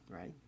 right